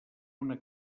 una